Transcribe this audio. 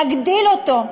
להגדיל אותו,